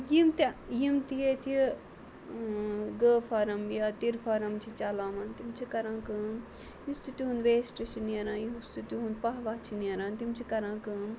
یِم تہِ یِم تہِ ییٚتہِ گٲو فارَم یا تِر فارَم چھِ چَلاوان تِم چھِ کَران کٲم یُس تہِ تِہُنٛد ویسٹ چھُ نیران یُس تہِ تِہُنٛد پَہہ وہ چھِ نیران تِم چھِ کَران کٲم